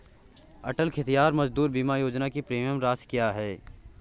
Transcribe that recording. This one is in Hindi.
अटल खेतिहर मजदूर बीमा योजना की प्रीमियम राशि क्या है?